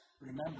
remember